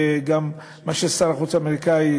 וגם מה ששר החוץ האמריקני,